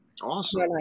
Awesome